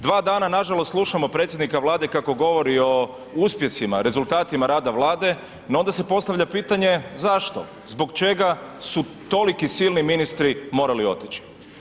Dva dana nažalost slušamo predsjednika Vlade kako govori o uspjesima, rezultatima rada Vlade, no onda se postavlja pitanje zašto, zbog čega su toliki silni ministri morali otići?